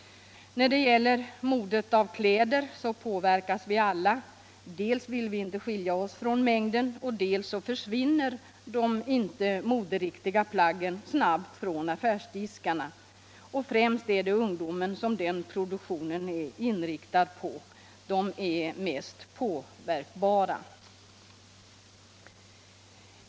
När det gäller klädmodet påverkas vi alla — dels vill vi inte skilja oss från mängden, dels försvinner de inte moderiktiga plaggen snabbt från affärsdiskarna. Främst är det ungdomarna som den produktionen är inriktad på, de är mest påverkbara.